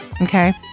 okay